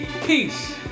peace